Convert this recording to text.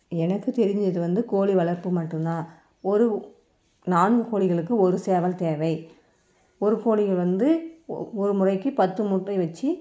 எனக்கு தெரிஞ்சது வந்து கோழி வளர்ப்பு மட்டுந்தான் ஒரு நான்கு கோழிகளுக்கு ஒரு சேவல் தேவை ஒரு கோழிங்க வந்து ஒரு முறைக்கு பத்து முட்டை வெச்சு